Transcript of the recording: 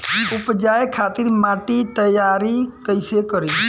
उपजाये खातिर माटी तैयारी कइसे करी?